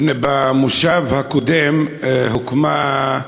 במושב הקודם הוקמה,